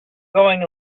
going